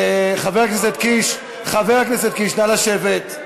חבר הכנסת קיש, נא לשבת.